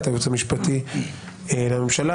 את הייעוץ המשפטי לממשלה,